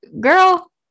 girl